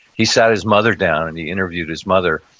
he sat his mother down and he interviewed his mother.